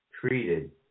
treated